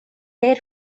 der